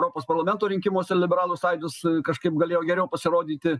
europos parlamento rinkimuose liberalų sąjūdis kažkaip galėjo geriau pasirodyti